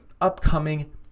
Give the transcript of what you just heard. upcoming